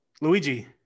Luigi